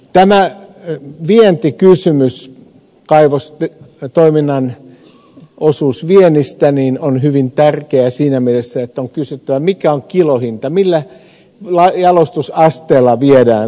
tämä vientikysymys kaivostoiminnan osuus viennistä on hyvin tärkeä siinä mielessä että on kysyttävä mikä on kilohinta millä jalostusasteella viedään suomesta tuotteita